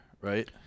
right